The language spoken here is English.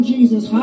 Jesus